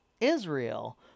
Israel